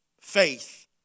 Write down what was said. faith